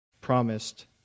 promised